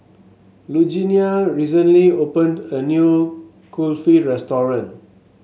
Lugenia recently opened a new Kulfi restaurant